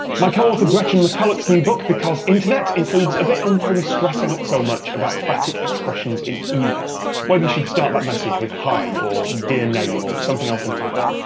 my co-author gretchen mcculloch's new book because internet includes a bit on why we stress out so much about phatic expressions in email whether you should start that message with hi or dear name or something else entirely.